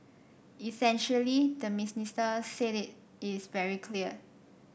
essentially the minister said it is very clear